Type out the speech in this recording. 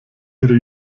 ihre